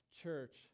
church